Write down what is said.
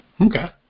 Okay